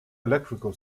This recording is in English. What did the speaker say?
electrical